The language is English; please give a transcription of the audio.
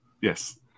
Yes